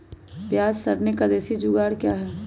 प्याज रखने का देसी जुगाड़ क्या है?